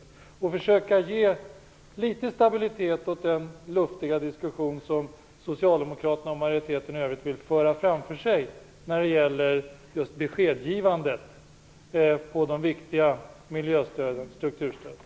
Ni borde försöka ge litet stabilitet åt den luftiga diskussion som Socialdemokraterna och majoriteten i övrigt vill skjuta framför sig och kunna ge besked om de viktiga strukturstöden.